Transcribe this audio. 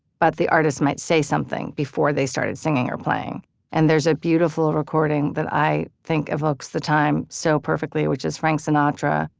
but the artist might say something before they started singing or playing and there's a beautiful recording that i think evokes the time so perfectly, which is frank sinatra.